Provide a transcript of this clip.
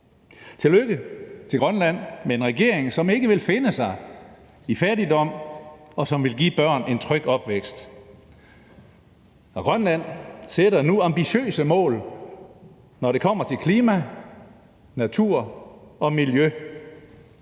Tillykke til Grønland med en regering, som ikke vil finde sig i fattigdom, og som vil give børn en tryg opvækst. Grønland sætter nu ambitiøse mål, når det kommer til klima, natur og miljø.